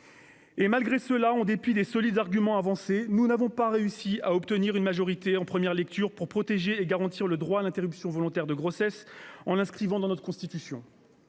Malgré cela, en dépit des solides arguments avancés, nous n'avons pas réussi à obtenir une majorité en octobre dernier pour protéger et garantir le droit à l'interruption volontaire de grossesse, en l'inscrivant dans notre Constitution.